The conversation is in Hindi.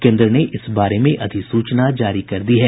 केन्द्र ने इस बारे में अधिसूचना जारी कर दी है